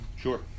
Sure